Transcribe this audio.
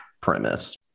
premise